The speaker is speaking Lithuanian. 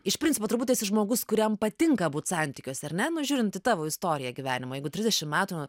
iš principo turbūt esi žmogus kuriam patinka būt santykiuose ar ne nu žiūrint į tavo istoriją gyvenimo jeigu trisdešimt metų